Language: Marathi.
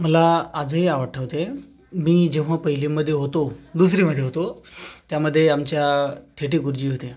मला आजही आठवतंय मी जेव्हा पहिलीमध्ये होतो दुसरीमध्ये होतो त्यामध्ये आमच्या थेटे गुरुजी होते